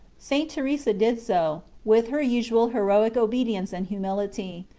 st. teresa did so, with her usual heroic obedience and humility.